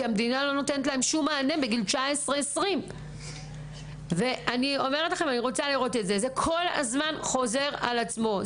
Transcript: המדינה לא נותנת להם שום מענה בגיל 20-19. זה כל הזמן חוזר על עצמו.